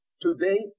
today